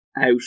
out